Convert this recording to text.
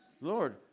Lord